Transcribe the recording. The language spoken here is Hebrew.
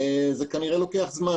זה כנראה לוקח זמן.